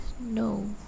no